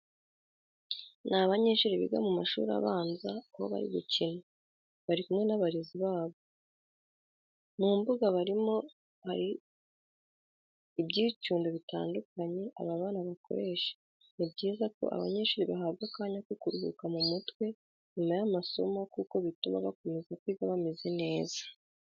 Ni abanyeshuri biga mu mashuri abanza aho bari gukina, bari kumwe n'abarezi babo. Mu mbuga barimo hari ibyicundo bitandukanye aba bana bakoresha. Ni byiza ko abanyeshuri bahabwa akanya ko kuruhura mu mutwe nyuma y'amasomo kuko bituma bakomeza kwiga bameze neza.